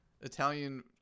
Italian